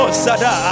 sada